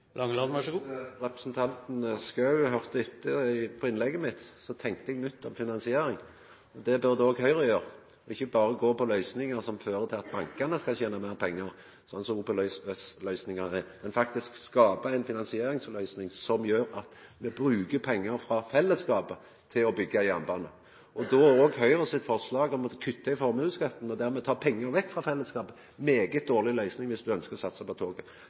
Langeland med denne elendighetsbeskrivelsen tenke seg å tenke nytt innenfor jernbane og gjerne være med på Høyres forslag? Viss representanten Schou høyrde etter i innlegget mitt, tenkte eg nytt om finansiering. Det burde òg Høgre gjera og ikkje berre gå for løysingar som fører til at bankane skal tena meir pengar, slik OPS-løysingar er, men faktisk skapa ei finansieringsløysing som gjer at me bruker pengar frå fellesskapet til å byggja jernbane. Då er òg Høgre sitt forslag om å kutta i formuesskatten og dermed ta pengar vekk frå fellesskapet ei svært dårleg løysing viss ein ønskjer å satsa på toget.